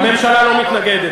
הממשלה לא מתנגדת.